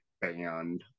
band